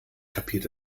kapiert